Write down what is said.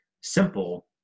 simple